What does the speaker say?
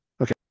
Okay